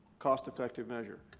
cost-effective measure.